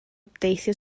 deithio